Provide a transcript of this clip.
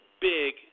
big